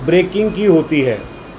breaking کی ہوتی ہے